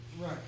Right